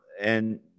and-